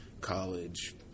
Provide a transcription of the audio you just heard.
college